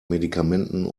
medikamenten